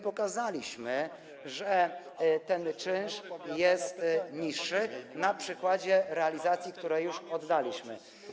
Pokazaliśmy, że ten czynsz jest niższy na przykładzie realizacji, które już oddaliśmy.